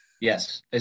Yes